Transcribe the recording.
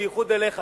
בייחוד אליך,